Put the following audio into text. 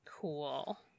cool